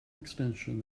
extension